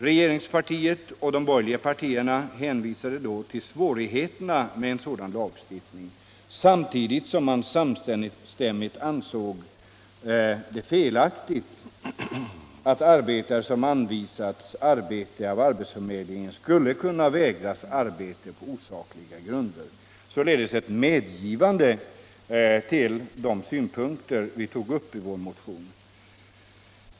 Regeringspartiet och de borgerliga partierna hänvisade då till svårigheterna med en sådan lagstiftning, samtidigt som man enstämmigt ansåg det felaktigt att arbetare som anvisats arbete av arbetsförmedling skulle kunna vägras arbete på osakliga grunder. Det var således ett medgivande att de synpunkter vi framfört i vår motion var riktiga.